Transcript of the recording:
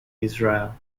israel